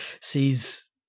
sees